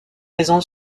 maison